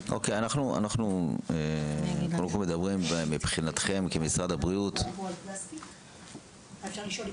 אנחנו קודם כל מדברים מבחינתכם כמשרד הבריאות --- השאלה אם